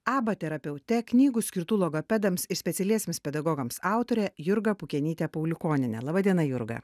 aba terapeute knygų skirtų logopedams specialiesiems pedagogams autore jurga pukenyte pauliukoniene laba diena jurga